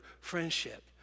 friendship